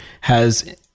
has-